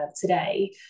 today